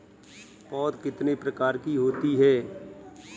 पौध कितने प्रकार की होती हैं?